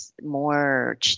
more